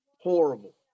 Horrible